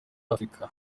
afurika